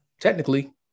Technically